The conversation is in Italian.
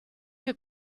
che